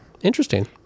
Interesting